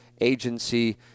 Agency